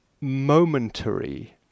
momentary